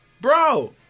Bro